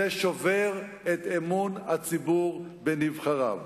זה שובר את אמון הציבור בנבחריו.